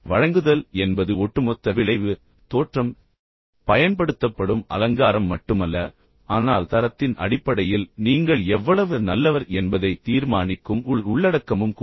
வழங்குதல் என்பது ஒட்டுமொத்த விளைவு தோற்றம் பயன்படுத்தப்படும் அலங்காரம் மட்டுமல்ல ஆனால் தரத்தின் அடிப்படையில் நீங்கள் எவ்வளவு நல்லவர் என்பதை தீர்மானிக்கும் உள் உள்ளடக்கமும் கூட